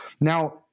Now